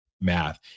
math